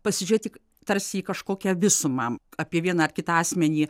pasižiūrėti tarsi į kažkokią visumą apie vieną ar kitą asmenį